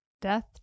Death